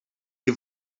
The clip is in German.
die